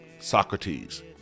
Socrates